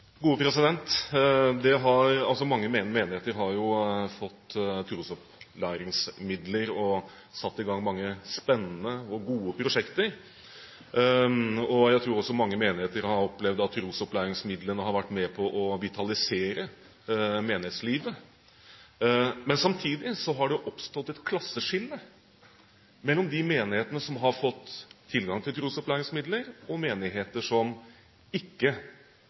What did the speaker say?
Mange menigheter har fått trosopplæringsmidler og satt i gang mange spennende og gode prosjekter. Jeg tror også mange menigheter har opplevd at trosopplæringsmidlene har vært med på å vitalisere menighetslivet. Samtidig har det oppstått et klasseskille mellom de menighetene som har fått tilgang til trosopplæringsmidler, og de menighetene som ikke